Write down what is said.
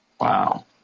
Wow